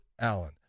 Allen